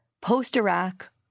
post-Iraq